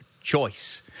choice